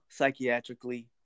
psychiatrically